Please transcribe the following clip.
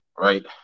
Right